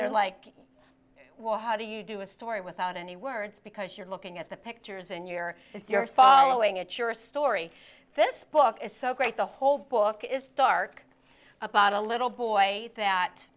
they're like well how do you do a story without any words because you're looking at the pictures and you're if you're following it you're a story this book is so great the whole book is stark about a little boy